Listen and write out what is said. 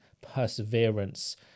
perseverance